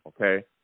Okay